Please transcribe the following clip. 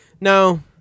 No